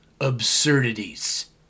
absurdities